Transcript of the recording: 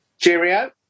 Cheerio